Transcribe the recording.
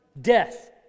death